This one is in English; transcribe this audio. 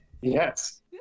yes